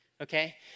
Okay